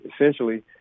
Essentially